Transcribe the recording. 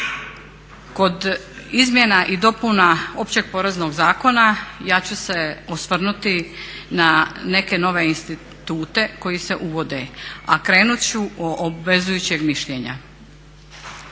Kod izmjena i dopuna Općeg poreznog zakona ja ću se osvrnuti na neke nove institute koji se uvode, a krenut ću od obvezujućeg mišljenja.